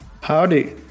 Howdy